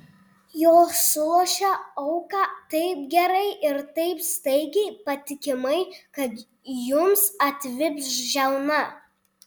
jos sulošia auką taip gerai ir taip staigiai patikimai kad jums atvips žiauna